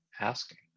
asking